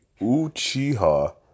Uchiha